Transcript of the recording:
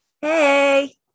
Hey